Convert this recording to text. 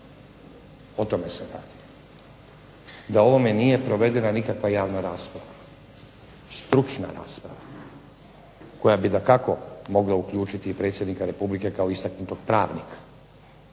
O tome se radi. Da u ovome nije provedena nikakva javna rasprava, stručna rasprava, koja bi dakako mogla uključiti i predsjednika Republike kao istaknutog pravnika,